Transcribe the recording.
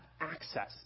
access